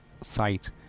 site